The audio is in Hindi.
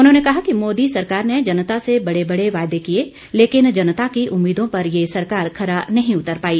उन्होंने कहा कि मोदी सरकार ने जनता से बड़े बड़े वादे किए लेकिन जनता की उम्मीदों पर ये सरकार खरा नहीं उतर पाई